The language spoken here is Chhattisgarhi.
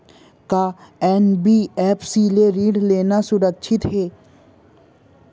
का एन.बी.एफ.सी ले ऋण लेना सुरक्षित हे?